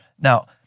Now